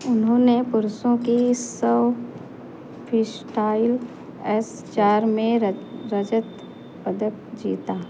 उन्होंने पुरुषों की सौ फ्रीइस्टाइल एस चार में रज रजत पदक जीता